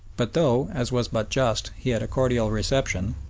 but though, as was but just, he had a cordial reception,